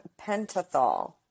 pentothal